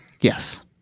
Yes